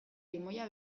limoia